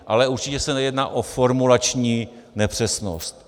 Ale určitě se jedná o formulační nepřesnost.